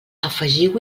afegiu